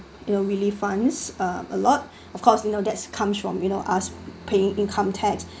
you know really funds uh a lot of course you know that's comes from you know us paying income tax